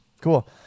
Cool